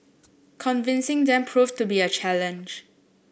convincing them proved to be a challenge